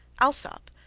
alsop,